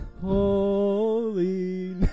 Holy